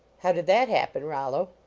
how did that happen, rollo?